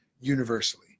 universally